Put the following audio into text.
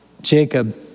Jacob